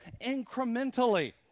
incrementally